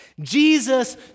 Jesus